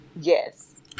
Yes